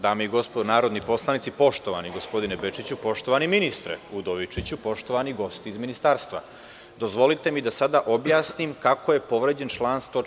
Dame i gospodo narodni poslanici, poštovani gospodine Bečiću, poštovani ministre Udovičiću, poštovani gosti iz ministarstva, dozvolite mi da sada objasnim kako je povređen član 104.